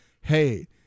hey